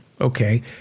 Okay